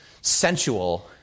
sensual